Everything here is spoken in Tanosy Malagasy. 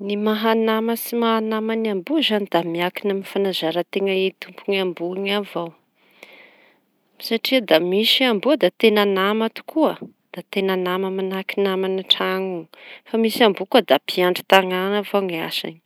Ny maha nama sy tsy maha nama ny amboa da miankina amin'ny fanazaranteña e tompony avao; satria misy ny amboa da teña nama tokoa da manahaky nama an-traño fa misy amboa koa da mpiandry tañana avao ny asany.